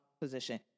position